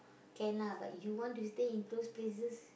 can lah but you want to stay in those places